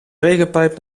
regenpijp